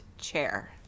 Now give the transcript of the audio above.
chair